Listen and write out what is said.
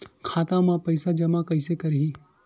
खाता म पईसा जमा कइसे करही?